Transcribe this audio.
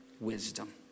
wisdom